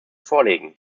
vorlegen